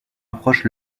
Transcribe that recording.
approche